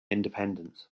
independence